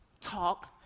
talk